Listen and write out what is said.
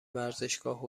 ورزشگاه